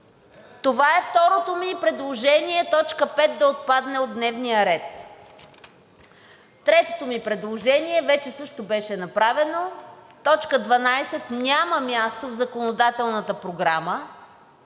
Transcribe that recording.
Това е второто ми предложение – точка 5 да отпадне от дневния ред. Третото ми предложение вече също беше направено – точка 12 няма място в законодателната програма.